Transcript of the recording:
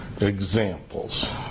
Examples